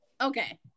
Okay